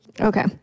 okay